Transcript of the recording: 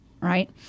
right